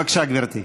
בבקשה, גברתי.